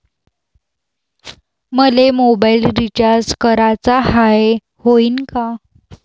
मले mobile recharge कराचा हाय, होईनं का?